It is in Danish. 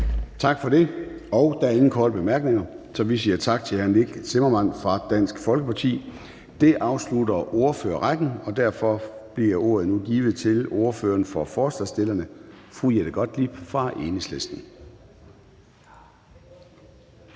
Tak for det. Der er ingen korte bemærkninger, så vi siger tak til hr. Nick Zimmermann fra Dansk Folkeparti. Det afslutter ordførerrækken, og derfor bliver ordet nu givet til ordføreren for forslagsstillerne, fru Jette Gottlieb fra Enhedslisten.